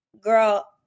girl